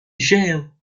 jail